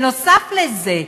נוסף על זה,